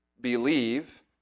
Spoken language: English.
believe